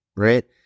Right